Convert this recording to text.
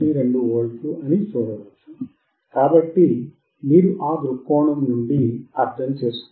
12V అని చూడవచ్చు కాబట్టి మీరు ఆ దృక్కోణం నుండి అర్థం చేసుకుంటారు